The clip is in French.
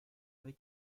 avec